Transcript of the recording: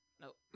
Nope